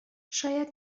شاید